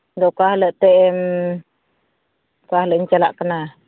ᱟᱫᱚ ᱚᱠᱟ ᱦᱤᱞᱳᱜ ᱮᱱᱛᱮᱫ ᱮᱢ ᱚᱠᱟ ᱦᱤᱞᱳᱜ ᱤᱧ ᱪᱟᱞᱟᱜ ᱠᱟᱱᱟ